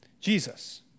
Jesus